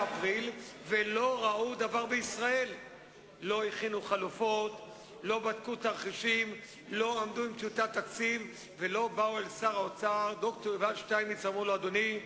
ולא צריך לאפות תקציב שהוא "הא לחמא עניא",